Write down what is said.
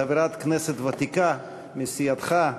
חברת כנסת ותיקה מסיעתך,